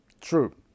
True